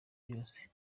yose